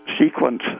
sequence